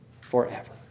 forever